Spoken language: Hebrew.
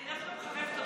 אני דווקא מחבבת אותו.